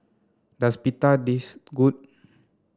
does Pita taste good